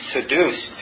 seduced